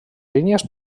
línies